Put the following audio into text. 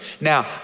Now